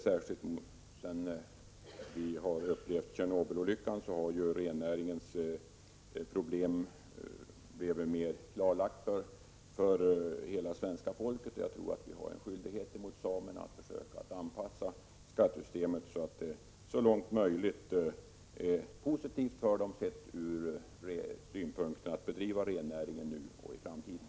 Sedan Tjernobylolyckan inträffade har rennäringens problem blivit mera kända för hela svenska folket. Vi har en skyldighet mot samerna att försöka anpassa skattesystemet så att det så långt möjligt är positivt för deras bedrivande av rennäringen nu och i framtiden.